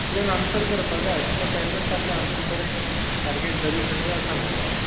तुवें आन्सर करपा जाय तुका टॅलंट आसा आनी तूं बरें सारकें इंटेलिजंटूय आसा मगो